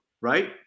right